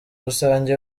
rusange